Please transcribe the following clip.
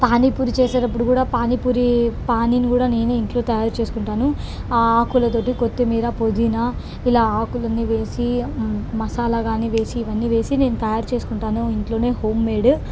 పానీ పూరి చేసేటప్పుడు కూడా పానీపూరి పానీని కూడా నేనే ఇంట్లో తయారు చేసుకుంటాను ఆ ఆకులతో కొత్తిమీర పుదీనా ఇలా ఆకులు అన్నీ వేసి మసాలా కానీ వేసి ఇవన్నీ వేసి నేను తయారు చేసుకుంటాను ఇంట్లో హోమ్మేడ్